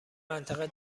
منطقه